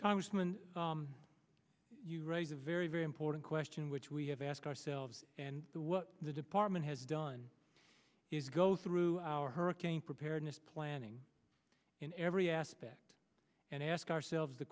congressman you raise a very very important question which we have asked ourselves and the what the department has done is go through our hurricane preparedness planning in every aspect and ask ourselves the